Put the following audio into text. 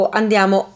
andiamo